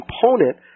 component